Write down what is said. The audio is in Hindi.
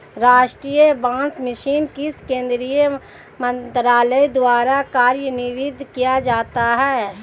राष्ट्रीय बांस मिशन किस केंद्रीय मंत्रालय द्वारा कार्यान्वित किया जाता है?